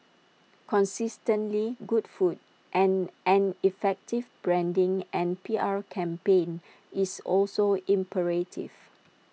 consistently good food and an effective branding and P R campaign is also imperative